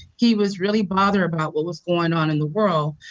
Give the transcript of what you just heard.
he was really bothered about what was going on in the world,